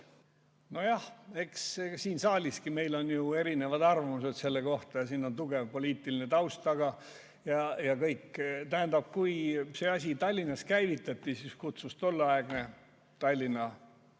Nojah, eks siin saaliski on meil erisuguseid arvamusi selle kohta ja siin on tugev poliitiline taust taga. Tähendab, kui see asi Tallinnas käivitati, siis kutsus tolleaegne Tallinna